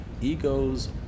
egos